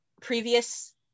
previous